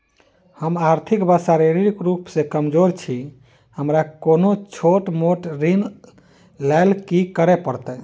हम आर्थिक व शारीरिक रूप सँ कमजोर छी हमरा कोनों छोट मोट ऋण लैल की करै पड़तै?